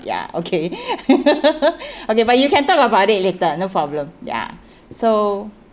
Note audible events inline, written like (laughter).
ya okay (laughs) okay but you can talk about it later no problem ya so